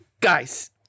guys